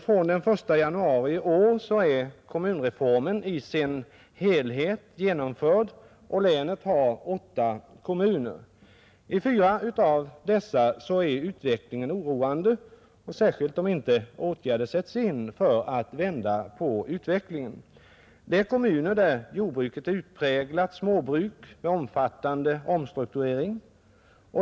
Från den 1 januari i år är kommunreformen i sin helhet genomförd, och länet har nu åtta kommuner. I fyra av dessa kan läget bli oroande, särskilt om inga åtgärder sätts in för att vända utvecklingen. I de kommunerna är jordbruket ett utpräglat småbruk med omfattande omstrukturering.